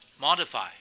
modify